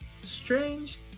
strange